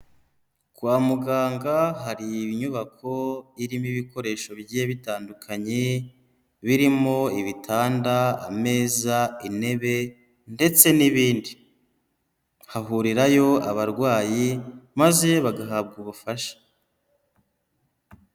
Kwa muganga hari inyubako irimo ibikoresho bigiye bitandukanye birimo ibitanda, ameza, intebe ndetse n'ibindi hahurirayo abarwayi, maze bagahabwa ubufasha.